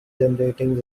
generating